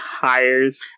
hires